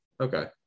Okay